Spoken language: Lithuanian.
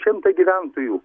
šimtui gyventojų